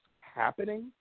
happening